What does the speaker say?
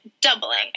doubling